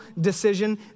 decision